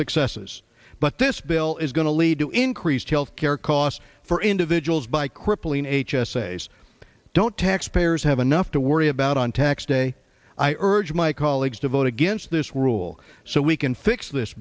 successes but this bill is going to lead to increased health care costs for individuals by crippling h s a don't taxpayers have enough to worry about on tax day i urge my colleagues to vote against this rule so we can fix this